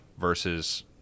versus